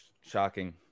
shocking